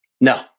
No